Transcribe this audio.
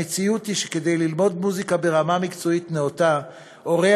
המציאות היא שכדי ללמוד מוזיקה ברמה מקצועית נאותה הורי